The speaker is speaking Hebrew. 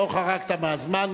לא חרגת מהזמן,